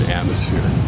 atmosphere